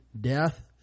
death